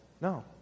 no